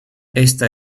esta